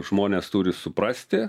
žmonės turi suprasti